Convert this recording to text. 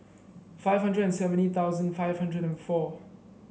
five hundred and seventy thousand five hundred and four